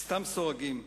סתם סורגים,